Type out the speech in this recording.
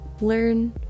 Learn